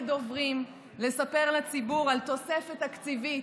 דוברים לספר לציבור על תוספת תקציבית,